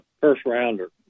first-rounder